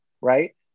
right